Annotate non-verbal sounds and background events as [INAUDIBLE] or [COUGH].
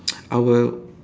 [NOISE] I will